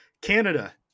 Canada –